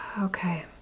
Okay